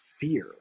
fear